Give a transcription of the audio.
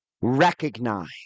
recognize